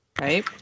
right